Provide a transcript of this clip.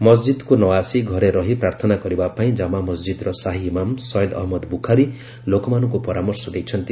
ମସ୍ଜିଦ୍କୁ ନ ଆସି ଘରେ ରହି ପ୍ରାର୍ଥନା କରିବାପାଇଁ କାମା ମସ୍ଜିଦ୍ର ସାହି ଇମାମ୍ ସୟଦ୍ ଅହଜ୍ଞଦ ବୁଖାରୀ ଲୋକମାନଙ୍କୁ ପରାମର୍ଶ ଦେଇଛନ୍ତି